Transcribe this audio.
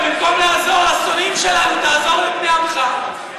ובמקום לעזור לשונאים שלנו תעזור לבני עמך?